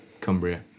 Cumbria